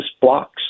blocks